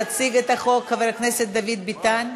יציג את החוק חבר הכנסת דוד ביטן.